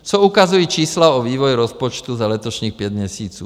Co ukazují čísla o vývoji rozpočtu za letošních pět měsíců?